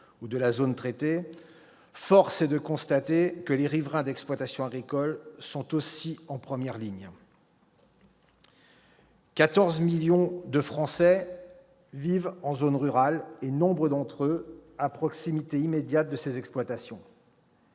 ou de la zone traitée, force est de constater que les riverains d'exploitations agricoles sont aussi en première ligne. Aujourd'hui, 14 millions de Français vivent en zone rurale et nombre d'entre eux à proximité immédiate de ces exploitations.